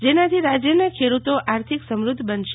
જેનાથી રાજયના ખેડૂતો આર્થિક સમૃદ્ધ બનશે